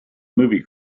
movie